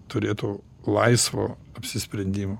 turėtų laisvo apsisprendimo